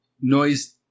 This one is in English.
noise